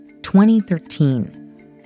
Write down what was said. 2013